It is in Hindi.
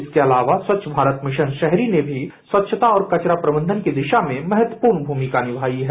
इसके अलावा स्वच्छ भारत मिशन शहरी ने भी स्वच्छता और कचरा प्रबंधन की दिशा में महत्वपूर्ण भूमिका निभाई है